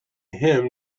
him